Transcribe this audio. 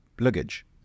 luggage